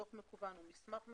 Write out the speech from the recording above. דוח מקוון ומסמך מקוון.